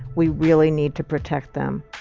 we really need to protect them.